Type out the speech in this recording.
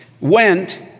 went